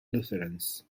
lutherans